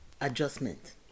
adjustment